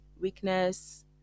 weakness